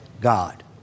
God